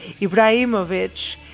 Ibrahimovic